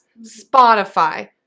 Spotify